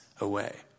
away